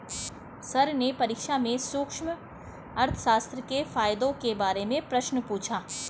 sir ने परीक्षा में सूक्ष्म अर्थशास्त्र के फायदों के बारे में प्रश्न पूछा